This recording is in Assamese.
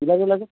কিবা